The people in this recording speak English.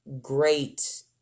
great